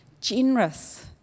generous